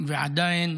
ועדיין